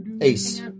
Ace